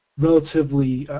relatively,